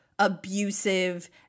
Abusive